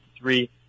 three